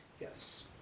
yes